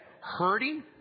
hurting